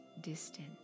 distant